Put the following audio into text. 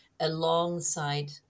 alongside